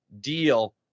deal